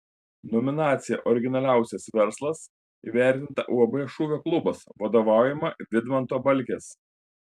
nominacija originaliausias verslas įvertinta uab šūvio klubas vadovaujama vidmanto balkės